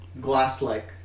glass-like